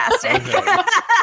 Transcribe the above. fantastic